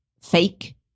fake